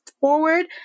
forward